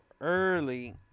early